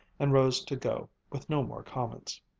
and rose to go, with no more comments.